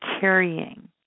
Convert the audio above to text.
carrying